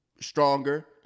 stronger